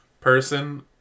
person